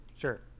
Sure